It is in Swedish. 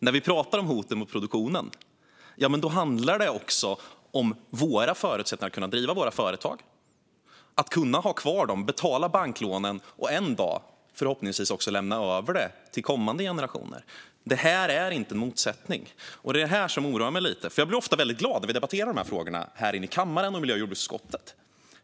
När man pratar om hotet mot produktionen handlar det också om våra förutsättningar att driva våra företag, för att kunna ha kvar dem, betala banklånen och en dag förhoppningsvis lämna över till kommande generationer. Det här är inte en motsättning. Det är det som oroar mig lite. Jag blir ofta glad när vi debatterar frågorna här i kammaren och i miljö och jordbruksutskottet.